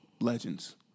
legends